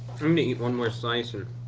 um and eat one more slice. and